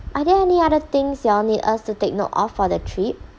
are there any other things you all need us to take note of for the trip